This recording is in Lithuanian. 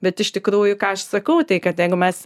bet iš tikrųjų ką aš sakau tai kad jeigu mes